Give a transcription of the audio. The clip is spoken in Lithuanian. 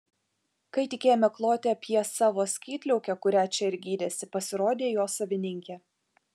kai tik ėmė kloti apie savo skydliaukę kurią čia ir gydėsi pasirodė jo savininkė